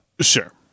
Sure